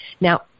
Now